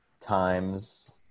times